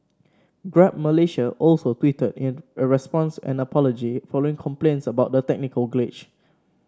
Grab Malaysia also tweeted a response and apology following complaints about the technical glitch